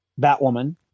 Batwoman